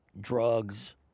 drugs